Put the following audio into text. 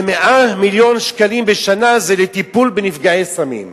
ו-100 מיליון שקלים בשנה זה לטיפול בנפגעי סמים.